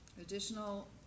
Additional